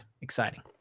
exciting